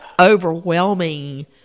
overwhelming